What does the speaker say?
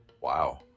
Wow